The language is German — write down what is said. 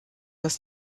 das